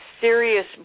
serious